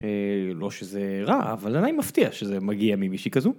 לא שזה רע, אבל זה עדיין מפתיע שזה מגיע ממישהי כזו.